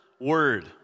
word